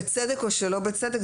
בצדק או שלא בצדק,